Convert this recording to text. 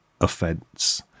offence